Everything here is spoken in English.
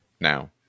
now